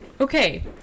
okay